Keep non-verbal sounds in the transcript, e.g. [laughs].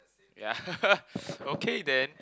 yea [laughs] okay then